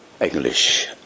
English